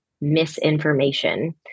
misinformation